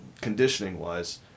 conditioning-wise